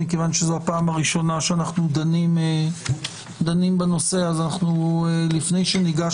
מכיוון שזו הפעם הראשונה שאנחנו דנים בנושא אז לפני שניגש